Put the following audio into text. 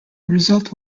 result